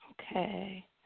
Okay